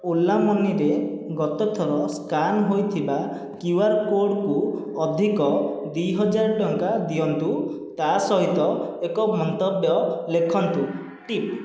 ଓଲା ମନିରେ ଗତ ଥର ସ୍କାନ ହୋଇଥିବା କ୍ୟୁଆର କୋଡ଼କୁ ଅଧିକ ଦୁଇ ହଜାର ଟଙ୍କା ଦିଅନ୍ତୁ ତା' ସହିତ ଏକ ମନ୍ତବ୍ୟ ଲେଖନ୍ତୁ ଟିପ୍